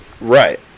Right